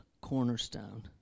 cornerstone